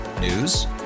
News